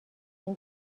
این